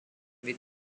with